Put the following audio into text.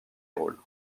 rôles